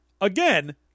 again